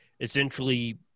essentially